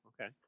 Okay